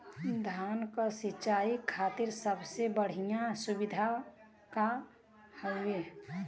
धान क सिंचाई खातिर सबसे बढ़ियां सुविधा का हवे?